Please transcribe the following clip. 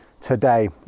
today